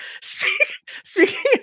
Speaking